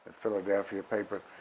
philadelphia paper,